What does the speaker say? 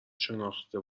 شناخته